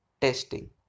testing